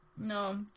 No